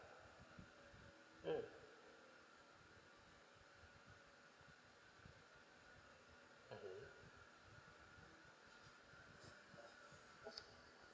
mm mmhmm